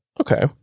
Okay